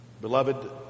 Beloved